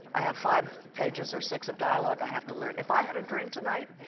i have five pages or six of dialogue i have to learn. if i had a drink tonight,